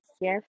Yes